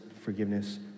forgiveness